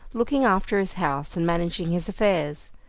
looking after his house, and managing his affairs.